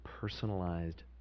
personalized